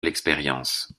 l’expérience